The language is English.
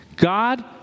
God